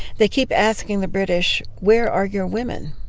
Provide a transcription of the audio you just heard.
they keep asking the british, where are your women?